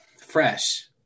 fresh